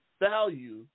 value